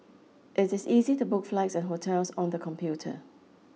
it is easy to book flights and hotels on the computer